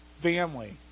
family